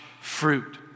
fruit